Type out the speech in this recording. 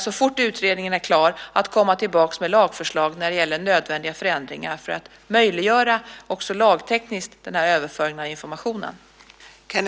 Så fort utredningen är klar planerar jag att komma tillbaka med lagförslag om nödvändiga förändringar för att också lagtekniskt möjliggöra överföringen av informationen.